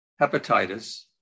hepatitis